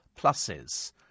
pluses